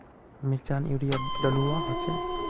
मिर्चान यूरिया डलुआ होचे?